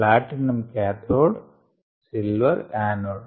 platinum cathode silver anode